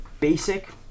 basic